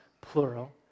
plural